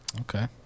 Okay